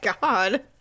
God